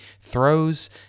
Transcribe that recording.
throws